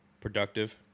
productive